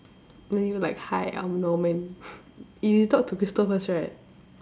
then you like hi I'm Norman you talk to Crystal first right